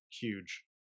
huge